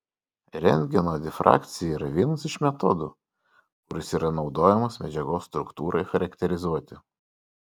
rentgeno difrakcija yra vienas iš metodų kuris yra naudojamas medžiagos struktūrai charakterizuoti